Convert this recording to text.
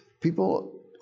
People